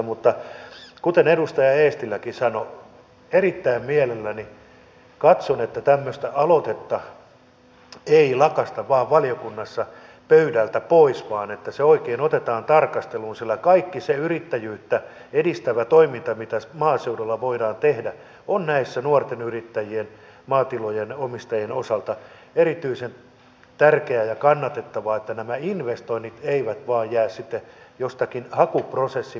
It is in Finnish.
mutta kuten edustaja eestiläkin sanoi erittäin mielelläni katson että tämmöistä aloitetta ei lakaista vain valiokunnassa pöydältä pois vaan se oikein otetaan tarkasteluun sillä kaikki se yrittäjyyttä edistävä toiminta mitä maaseudulla voidaan tehdä on nuorten yrittäjien maatilojen omistajien osalta erityisen tärkeää ja kannatettavaa että nämä investoinnit eivät vain jää sitten jostakin hakuprosessin menettelystä kiinni